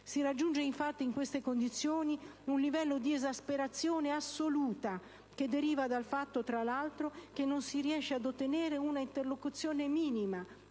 Si raggiunge, infatti, in queste condizioni un livello di esasperazione assoluta che deriva dal fatto, tra l'altro, che non si riesce ad ottenere un'interlocuzione minima,